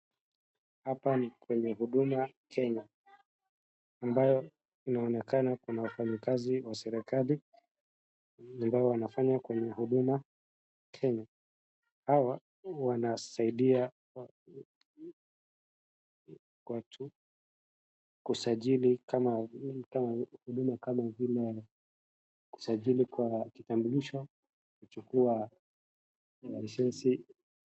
Hapa ni kwenye huduma Kenya. Ambayo inaonekana kuna wafanyakazi wa serikali ambao wanafanya kwenye huduma Kenya. Hawa wanasaidia watu kusajili kama, huduma kama vile kusajili kwa kitambulisho, kuchukua lesesi.